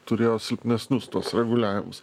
turėjo silpnesnius tuos reguliavimus